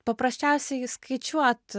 paprasčiausiai skaičiuot